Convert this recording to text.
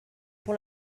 pour